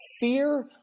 fear